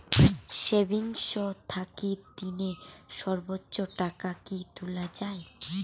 Savings থাকি দিনে সর্বোচ্চ টাকা কি তুলা য়ায়?